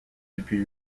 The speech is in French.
depuis